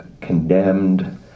condemned